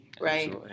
Right